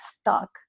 stuck